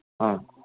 ആ